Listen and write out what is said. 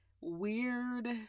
weird